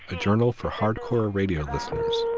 a journal for hardcore radio listeners.